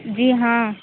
جی ہاں